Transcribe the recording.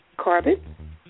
carbon